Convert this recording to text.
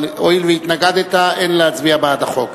אבל הואיל והתנגדת, אין להצביע בעד החוק.